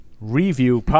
review